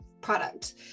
product